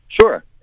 Sure